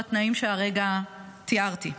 בתנאים שהרגע תיארתי.